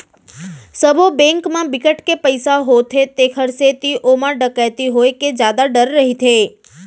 सबो बेंक म बिकट के पइसा होथे तेखर सेती ओमा डकैती होए के जादा डर रहिथे